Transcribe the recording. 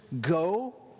go